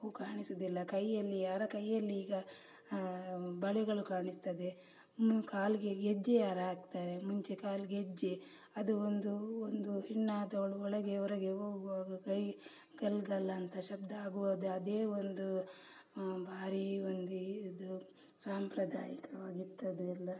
ಹೂವು ಕಾಣಿಸೋದಿಲ್ಲ ಕೈಯ್ಯಲ್ಲಿ ಯಾರ ಕೈಯ್ಯಲ್ಲಿ ಈಗ ಬಳೆಗಳು ಕಾಣಿಸ್ತದೆ ಇನ್ನೂ ಕಾಲಿಗೆ ಗೆಜ್ಜೆ ಯಾರು ಹಾಕ್ತಾರೆ ಮುಂಚೆ ಕಾಲ್ಗೆಜ್ಜೆ ಅದು ಒಂದು ಒಂದು ಹೆಣ್ಣಾದವಳು ಒಳಗೆ ಹೊರಗೆ ಹೋಗುವಾಗ ಘೈಲ್ ಘಲ್ ಘಲ್ ಅಂತ ಶಬ್ದ ಆಗುವದು ಅದೇ ಒಂದು ಬಾರೀ ಒಂದು ಇದು ಸಾಂಪ್ರದಾಯಿಕವಾಗಿತ್ತು ಅದು ಎಲ್ಲ